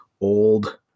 old